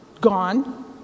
gone